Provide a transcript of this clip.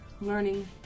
learning